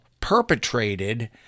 perpetrated